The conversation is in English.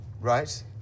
Right